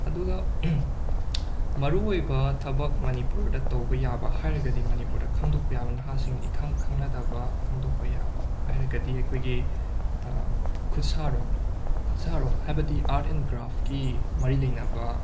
ꯑꯗꯨꯒ ꯃꯔꯨꯑꯣꯏꯕ ꯊꯕꯛ ꯃꯅꯤꯄꯨꯔꯗ ꯇꯧꯕ ꯌꯥꯕ ꯍꯥꯏꯔꯒꯗꯤ ꯃꯅꯤꯄꯨꯔꯗ ꯈꯪꯗꯣꯛꯄ ꯌꯥꯕ ꯅꯍꯥꯁꯤꯡꯅ ꯏꯈꯪ ꯈꯪꯅꯗꯕ ꯈꯪꯗꯣꯛꯄ ꯌꯥꯕ ꯍꯥꯏꯔꯒꯗꯤ ꯑꯩꯈꯣꯏꯒꯤ ꯈꯨꯠꯁꯥꯔꯣꯜ ꯈꯨꯠꯁꯥꯔꯣꯜ ꯍꯥꯏꯕꯗꯤ ꯑꯥꯔꯠ ꯑꯦꯟ ꯒ꯭ꯔꯥꯐꯀꯤ ꯃꯔꯤ ꯂꯩꯅꯕ